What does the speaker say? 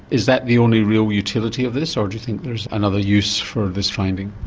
is that the only real utility of this or do you think there's another use for this finding?